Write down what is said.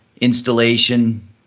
installation